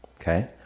Okay